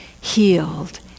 healed